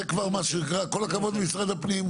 זה כבר מה שנקרא, כל הכבוד למשרד הפנים.